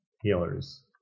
healers